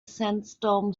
sandstorm